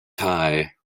tie